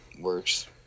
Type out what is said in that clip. works